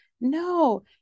No